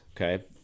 okay